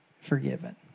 forgiven